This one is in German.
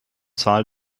zahl